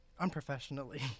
unprofessionally